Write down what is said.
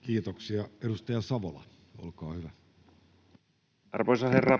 Kiitoksia. — Edustaja Savola, olkaa hyvä. Arvoisa herra